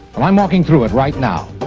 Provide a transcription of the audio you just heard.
well, i'm walking through it right now.